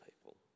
people